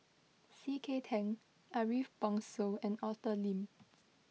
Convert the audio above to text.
C K Tang Ariff Bongso and Arthur Lim